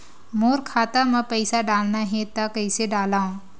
मोर खाता म पईसा डालना हे त कइसे डालव?